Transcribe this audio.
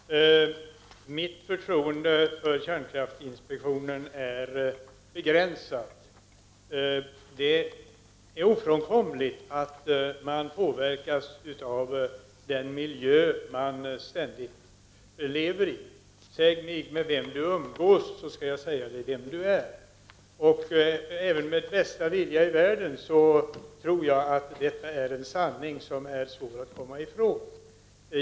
Herr talman! Mitt förtroende för kärnkraftinspektionen är begränsat. Det är ofrånkomligt att man påverkas av den miljö man ständigt lever i. ”Säg mig med vem du umgås, så skall jag säga dig vem du är.” Även med bästa vilja i världen tror jag att detta är en sanning som är svår att komma ifrån.